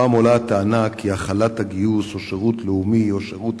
הפעם עולה הטענה כי החלת הגיוס או שירות לאומי או שירות